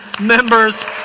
members